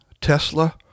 Tesla